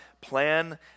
plan